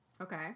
Okay